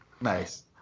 Nice